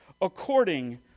according